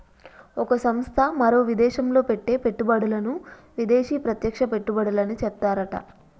ఒక సంస్థ మరో విదేశంలో పెట్టే పెట్టుబడులను విదేశీ ప్రత్యక్ష పెట్టుబడులని చెప్తారట